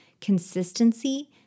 consistency